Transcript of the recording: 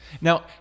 Now